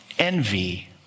Envy